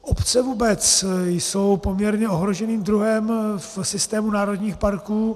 Obce vůbec jsou poměrně ohroženým druhem v systému národních parků.